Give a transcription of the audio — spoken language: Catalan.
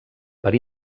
per